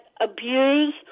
abuse